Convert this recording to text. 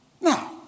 Now